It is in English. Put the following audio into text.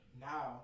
now